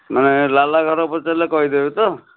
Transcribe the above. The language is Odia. ମାନେ ଲାଲା ଘର ପଚାରିଲେ କହିଦେବେ ତ